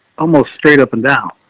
almost straight up and down.